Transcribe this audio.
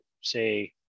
say